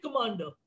commander